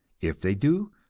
if they do,